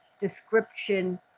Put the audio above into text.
description